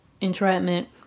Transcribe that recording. entrapment